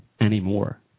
anymore